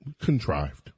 contrived